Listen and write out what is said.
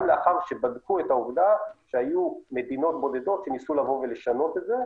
גם לאחר שבדקו את העובדה שהיו מדינות בודדות שניסו לשנות את זה,